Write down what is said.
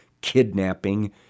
kidnapping